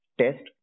test